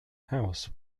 house